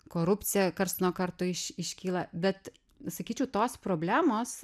korupcija karts nuo karto iš iškyla bet sakyčiau tos problemos